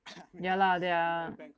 ya lah they are